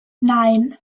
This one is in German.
nein